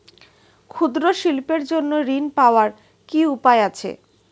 ক্ষুদ্র শিল্পের জন্য ঋণ পাওয়ার কি উপায় আছে?